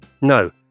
No